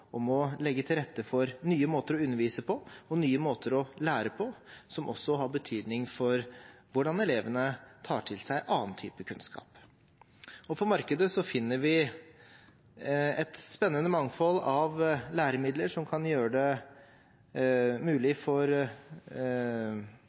legge til rette for nye måter å undervise på og nye måter å lære på, som også har betydning for hvordan elevene tar til seg annen type kunnskap. På markedet finner vi et spennende mangfold av læremidler som kan gjøre det mulig